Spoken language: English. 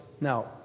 Now